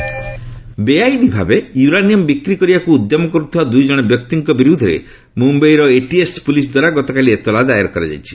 uranium seize ବେଆଇନ୍ ଭାବେ uranium ବିକ୍ରି କରିବାକୁ ଉଦ୍ୟମ କରୁଥିବା ଦୁଇ ଜଣ ବ୍ୟକ୍ତିଙ୍କ ବିରୁଦ୍ଧରେ ମୁମ୍ୟାଇ ଏଟିଏସ୍ ପୁଲିସ୍ ଦ୍ୱାରା ଗତକାଲି ଏତଲା ଦାଏର କରାଯାଇଛି